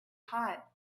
hot